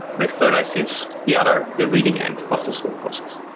like thirdeye states the other the reading end of this whole process.